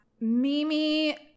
Mimi